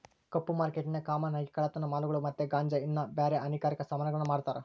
ಕಪ್ಪು ಮಾರ್ಕೆಟ್ನಾಗ ಕಾಮನ್ ಆಗಿ ಕಳ್ಳತನ ಮಾಲುಗುಳು ಮತ್ತೆ ಗಾಂಜಾ ಇನ್ನ ಬ್ಯಾರೆ ಹಾನಿಕಾರಕ ಸಾಮಾನುಗುಳ್ನ ಮಾರ್ತಾರ